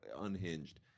unhinged